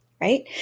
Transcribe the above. right